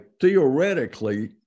theoretically